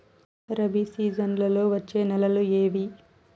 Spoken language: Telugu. రబి సీజన్లలో వచ్చే నెలలు ఏవి?